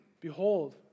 behold